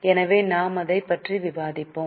எனவே நாம் அதைப் பற்றி விவாதித்தோம்